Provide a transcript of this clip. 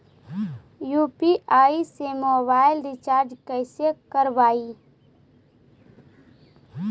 UPI से mobile recharge कैसे करबइ?